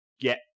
get